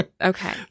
Okay